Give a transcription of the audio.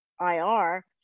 IR